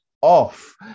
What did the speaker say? off